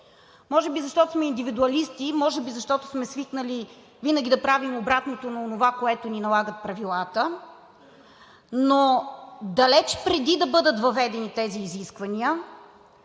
може би защото сме индивидуалисти, може би защото сме свикнали винаги да правим обратното на онова, което ни налагат правилата. Но далеч преди да бъдат въведени тези изисквания,